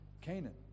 Canaan